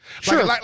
Sure